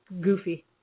goofy